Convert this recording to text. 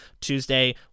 Tuesday